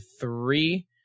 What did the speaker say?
three